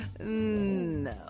No